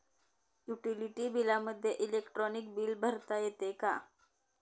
Utility बिलामध्ये electronic bill भरता येते का?